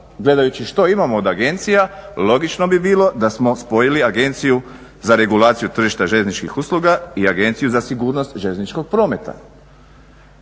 gledajući što imamo od agencija logično bi bilo da smo spojili Agenciju za regulaciju tržišta željezničkih usluga i Agenciju za sigurnost željezničkog prometa.